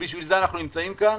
ובשביל זה אנחנו נמצאים כאן.